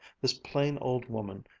this plain old woman,